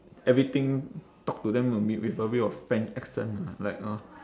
everything talk to them a bit with a bit of french accent ah like uh